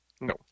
No